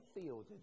field